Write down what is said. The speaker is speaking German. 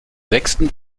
sechsten